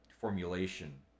formulation